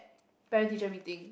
parent teacher meeting